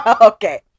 Okay